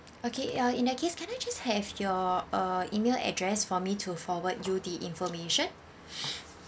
okay uh in that case can I just have your uh email address for me to forward you the information